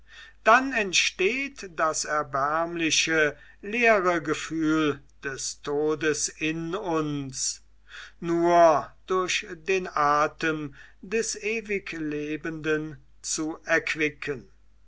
dann entsteht das erbärmliche leere gefahr des todes in uns nur durch den atem des ewiglebenden zu erquicken